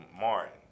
Martin